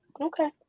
Okay